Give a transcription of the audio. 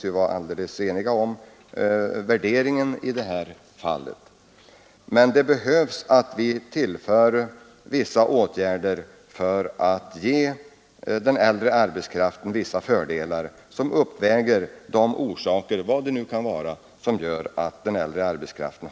Vi synes vara alldeles eniga om värderingen att det behövs åtgärder som ger den äldre arbetskraften vissa fördelar som uppväger det — vad det nu kan vara — som gör att den har särskilda svårigheter.